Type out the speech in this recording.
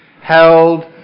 held